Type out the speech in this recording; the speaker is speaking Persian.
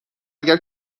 اگر